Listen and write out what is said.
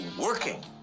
working